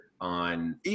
on –